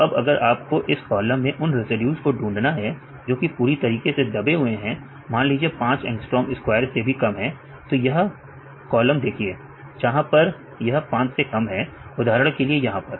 तो अब अगर आपको इस कॉलम में उन रेसिड्यूज को ढूंढना है जो कि पूरी तरीके से दबे हुए हैं मान लीजिए 5 एंगस्ट्रांम स्क्वायर से भी कम है तो यह कॉलम देखिए जहां पर यह 5 से कम है उदाहरण के लिए यहां पर